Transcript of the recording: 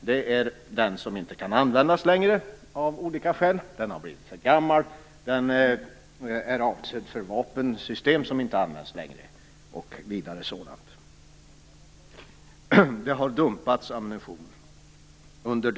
Det gäller då ammunition som av olika skäl inte längre kan användas. Den har blivit för gammal eller också är den avsedd för vapensystem som inte längre används osv. I decennier har ammunition dumpats.